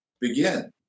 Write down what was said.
begin